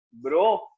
bro